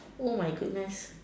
oh my goodness